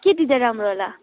के दिँदा राम्रो होला